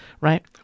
right